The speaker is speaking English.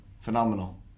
Phenomenal